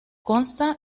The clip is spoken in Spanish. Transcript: consta